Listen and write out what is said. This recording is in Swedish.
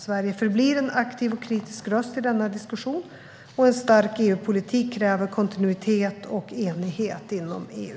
Sverige förblir en aktiv och kritisk röst i denna diskussion. En stark EU-politik kräver kontinuitet och enighet inom EU.